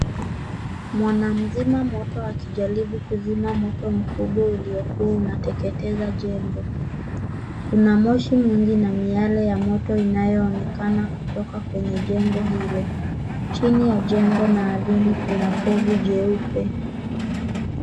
Mwanamzima moto akijaribu kuzima moto mkubwa uliokuwa unateketeza jengo. Kuna moshi mwingi na miale ya moto inayoonekana kutoka kwenye jengo hilo. Chini ya jengo na ardhini kuna povu jeupe.